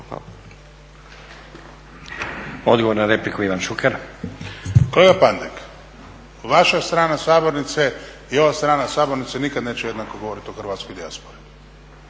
Ivan Šuker. **Šuker, Ivan (HDZ)** Kolega Pandek, vaša strana sabornice i ova strana sabornice nikad neće jednako govorit o hrvatskoj dijaspori.